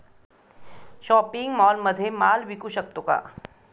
Shopping मॉलमध्ये माल विकू शकतो का?